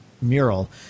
mural